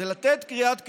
זה לתת קריאת כיוון,